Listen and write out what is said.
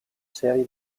serie